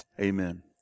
Amen